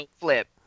flip